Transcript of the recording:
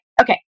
okay